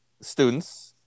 students